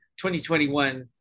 2021